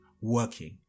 working